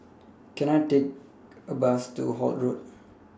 Can I Take A Bus to Holt Road